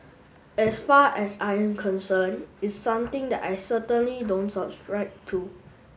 as far as I'm concerned it's something that I certainly don't subscribe to